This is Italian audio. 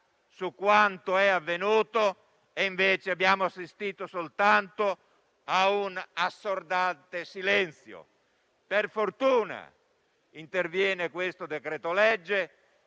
su quanto avvenuto e, invece, abbiamo assistito soltanto a un assordante silenzio. Per fortuna, interviene questo decreto-legge,